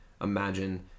imagine